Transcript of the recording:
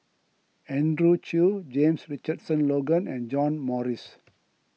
Andrew Chew James Richardson Logan and John Morrice